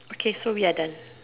okay so we done